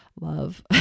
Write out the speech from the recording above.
Love